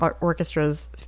orchestras